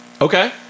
Okay